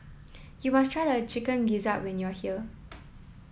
you must try Chicken Gizzard when you are here